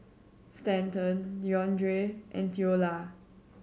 Stanton Deondre and Theola